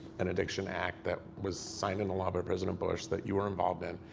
and addiction act, that was signed into law by president bush, that you are involved in,